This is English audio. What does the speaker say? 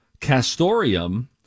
castorium